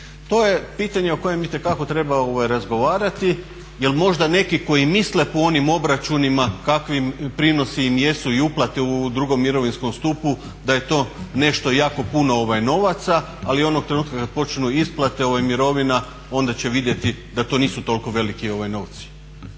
To je pitanje o kojem itekako treba razgovarati jer možda neki koji misle po onim obračunima kakvi prinosi im jesu i uplate u drugom mirovinskom stupu da je to nešto jako puno novaca, ali onog trenutka kad počnu isplate mirovina onda će vidjeti da to nisu toliko veliki novci.